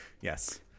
Yes